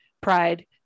pride